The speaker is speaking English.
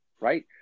right